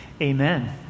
amen